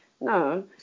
No